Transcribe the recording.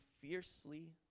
fiercely